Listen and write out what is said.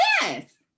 yes